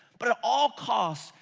but at all costs,